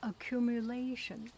accumulation